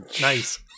Nice